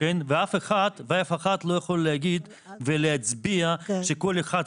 ואף אחד לא יכול להגיד ולהצביע שכל אחד,